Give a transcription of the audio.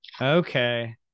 Okay